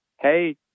hey